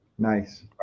nice